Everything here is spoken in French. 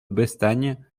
bestagne